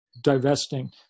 divesting